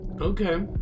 Okay